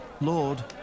Lord